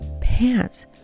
pants